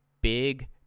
big